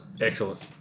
Excellent